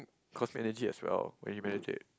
cost energy as well when you meditate